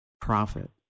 profit